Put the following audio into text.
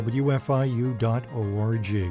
wfiu.org